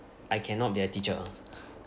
I cannot be a teacher